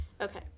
okay